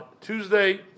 Tuesday